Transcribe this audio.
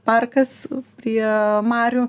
parkas prie marių